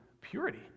purity